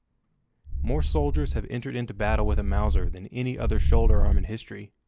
more soldiers have entered into battle with a mauser than any other shoulder-arm in history,